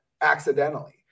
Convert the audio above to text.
accidentally